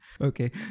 Okay